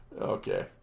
Okay